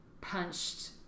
punched